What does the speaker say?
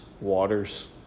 waters